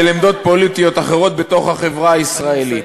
של עמדות פוליטיות אחרות בתוך החברה הישראלית.